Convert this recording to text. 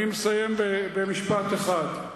אני מסיים במשפט אחד: